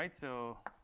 and so